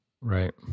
Right